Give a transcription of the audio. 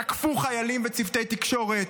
תקפו חיילים וצוותי תקשורת,